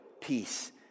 peace